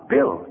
Bill